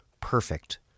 perfect